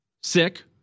sick